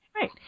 Right